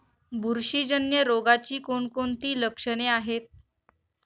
बुरशीजन्य रोगाची कोणकोणती लक्षणे आहेत?